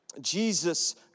Jesus